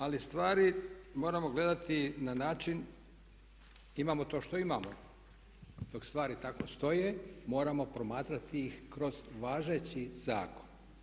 Ali stvari moramo gledati na način, imamo to što imamo, dok stvari tako stoje moramo promatrati ih kroz važeći zakon.